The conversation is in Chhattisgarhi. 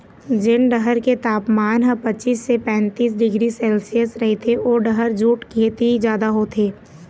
जेन डहर के तापमान ह पचीस ले पैतीस डिग्री सेल्सियस रहिथे ओ डहर जूट खेती जादा होथे